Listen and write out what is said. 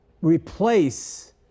replace